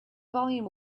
volume